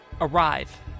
arrive